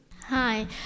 Hi